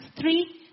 three